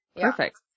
Perfect